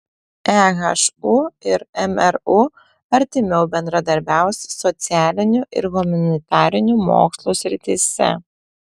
ehu ir mru artimiau bendradarbiaus socialinių ir humanitarinių mokslų srityse